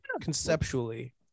conceptually